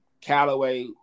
Callaway